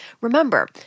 Remember